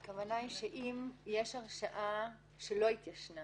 הכוונה היא שאם יש הרשעה שלא התיישנה